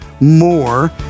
more